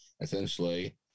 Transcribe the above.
essentially